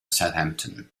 southampton